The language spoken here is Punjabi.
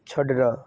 ਛੱਡਣਾ